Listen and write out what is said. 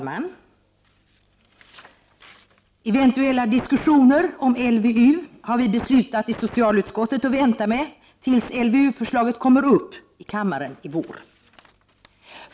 Fru talman! Vi har i socialutskottet beslutat vänta med eventuella diskussioner om LVU tills LVU-förslaget i vår kommer upp i kammaren.